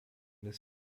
des